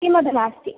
किमपि नास्ति